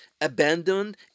abandoned